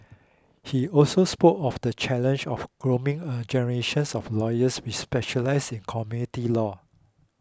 he also spoke of the challenge of grooming a generations of lawyers who specialise in community law